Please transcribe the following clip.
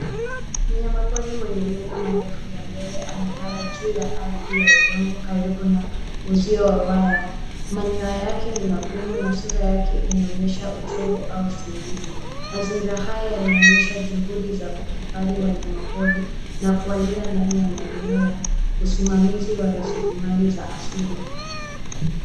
Mnyamapori mwenye meno marefu ya mbele amelala juu ya ardhi kwenye udongo karibu na uzui wa waya. Manyoya yake ni magumu na sura yake inaonyesha uchovu au usingizi. Mazingira haya yanaonyesha juhudi za kuhifadhi wanayamapori na kuwalinda ndani ya maeneo ya usimamizi wa rasilimali za asili.